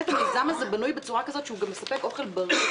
המיזם הזה בנוי בצורה כזאת שהוא מספק אוכל בריא,